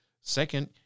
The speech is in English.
Second